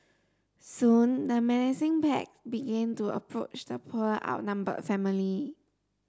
soon the menacing pack began to approach the poor outnumbered family